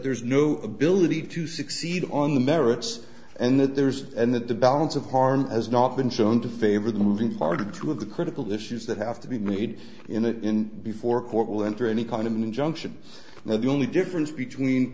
there's no ability to succeed on the merits and that there is and that the balance of harm has not been shown to favor the moving part of two of the critical issues that have to be made in it in before court will enter any kind of an injunction now the only difference between